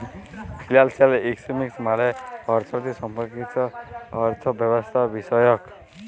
financial economics মালে হছে অথ্থলিতি সম্পর্কিত অথ্থব্যবস্থাবিষয়ক